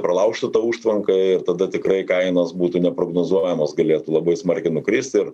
pralaužtų tą užtvanką ir tada tikrai kainos būtų neprognozuojamos galėtų labai smarkiai nukrist ir